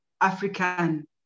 African